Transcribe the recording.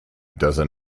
dozen